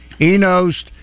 Enos